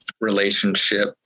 relationship